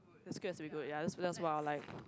is good as we good ya lets lets wild life